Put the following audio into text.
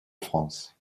france